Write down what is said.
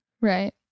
right